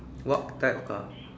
what type of car